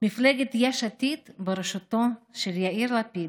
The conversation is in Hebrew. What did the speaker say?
יש עתיד בראשותו של יאיר לפיד,